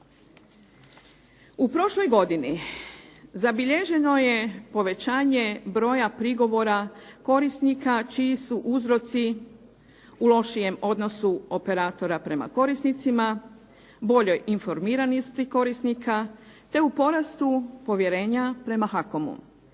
U prošloj godini zabilježeno je povećanje broja prigovora korisnika čiji su uzroci u lošijem odnosu operatora prema korisnicima, boljoj informiranosti korisnika te u porastu povjerenja prema HAKOM-u